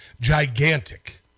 gigantic